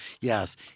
Yes